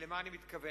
למה אני מתכוון?